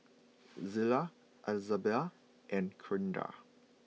Zillah Izabella and Kindra